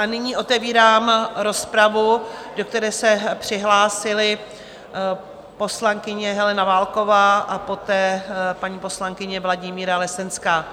Nyní otevírám rozpravu, do které se přihlásily poslankyně Helena Válková a poté poslankyně Vladimíra Lesenská.